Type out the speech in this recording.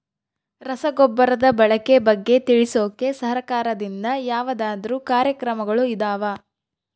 ರಸಗೊಬ್ಬರದ ಬಳಕೆ ಬಗ್ಗೆ ತಿಳಿಸೊಕೆ ಸರಕಾರದಿಂದ ಯಾವದಾದ್ರು ಕಾರ್ಯಕ್ರಮಗಳು ಇದಾವ?